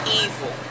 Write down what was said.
evil